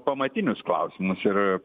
pamatinius klausimus ir